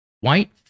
White